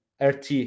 RT